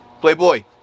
Playboy